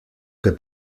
que